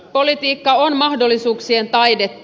politiikka on mahdollisuuksien taidetta